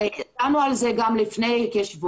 הרי דנו על זה גם לפני כשבועיים,